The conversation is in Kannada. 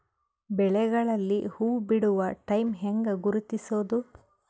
ಬೆಳೆಗಳಲ್ಲಿ ಹೂಬಿಡುವ ಟೈಮ್ ಹೆಂಗ ಗುರುತಿಸೋದ?